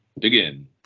begin